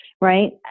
right